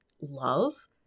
love